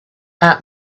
all